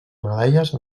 medalles